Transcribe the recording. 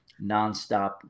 nonstop